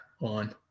on